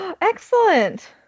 Excellent